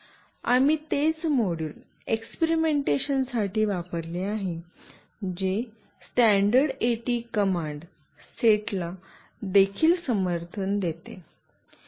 आम्ही तेच मॉड्यूल एक्सपेरिमेन्टेशनसाठी वापरले आहे जे स्टॅण्डर्ड एटी कमांड सेटला देखील समर्थन देते